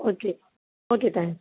okay okay thanks